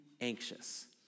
anxious